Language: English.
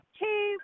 two